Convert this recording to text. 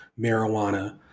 marijuana